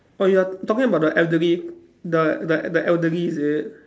oh you are talking about the elderly the the the elderly is it